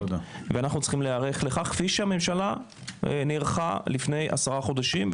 ואנחנו צריכים להיערך לכך כפי שהממשלה נערכה לפני עשרה חודשים.